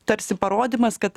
tarsi parodymas kad